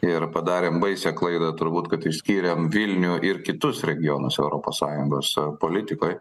ir padarėm baisią klaidą turbūt kad išskyrėm vilnių ir kitus regionus europos sąjungos politikoj